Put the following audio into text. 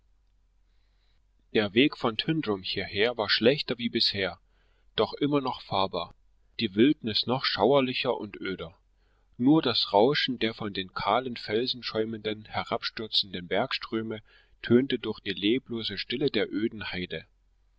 der weg von tyndrum hierher war schlechter wie bisher doch immer noch fahrbar die wildnis noch schauerlicher und öder nur das rauschen der von den kahlen felsen schäumenden herabstürzenden bergströme tönte durch die leblose stille der öden heide